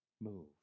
move